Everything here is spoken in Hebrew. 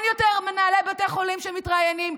אין יותר מנהלי בתי חולים שמתראיינים,